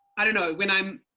i don't know, when i'm,